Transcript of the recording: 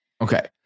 Okay